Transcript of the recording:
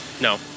No